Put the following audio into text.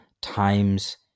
times